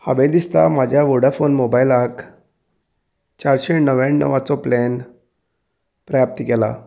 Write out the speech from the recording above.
हांवें दिसता म्हाज्या व्हडाफोन मोबायलाक चारशें णव्याणवाचो प्लॅन पर्याप्त केला